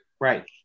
Right